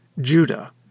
Judah